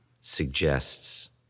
suggests